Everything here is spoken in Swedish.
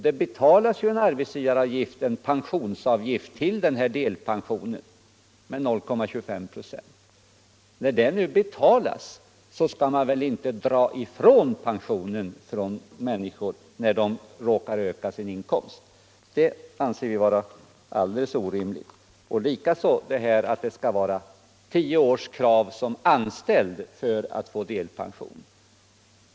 Det betalas ju en pensionsavgift till den här delpensionen med 0,25 ".. När så sker, skall man väl inte minska pensionen för de männsikor som råkar öka sin inkomst. Det anser vi vara alldeles orimligt. Likaså anser vi att det är orimligt att kräva 10 års anställning för deltidspension.